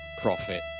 profit